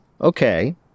Okay